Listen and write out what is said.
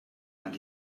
and